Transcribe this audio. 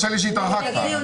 נצביע על הסתייגות 190. מי בעד?